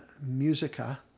musica